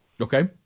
Okay